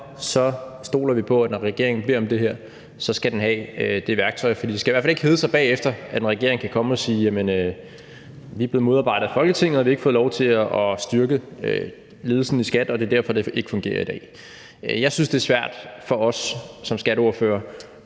stoler vi på, at når regeringen beder om det her, så skal den have det værktøj. For det skal i hvert fald ikke hedde sig, altså, en regering skal ikke bagefter kunne komme og sige: Vi er blevet modarbejdet af Folketinget, vi har ikke fået lov til at styrke ledelsen i skatteforvaltningen, og det er derfor, at det ikke fungerer i dag. Jeg synes, det er svært for os som skatteordførere